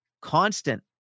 constant